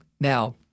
Now